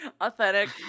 authentic